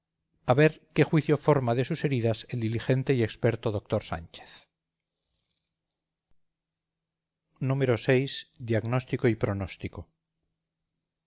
a ver qué juicio forma de sus heridas el diligente y experto doctor sánchez vi diagnóstico y pronóstico